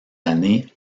années